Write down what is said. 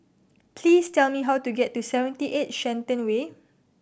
please tell me how to get to Seventy Eight Shenton Way